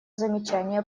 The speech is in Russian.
замечания